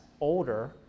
older